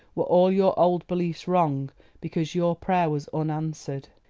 were all your old beliefs wrong because your prayer was unanswered.